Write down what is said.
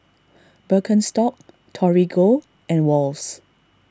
Birkenstock Torigo and Wall's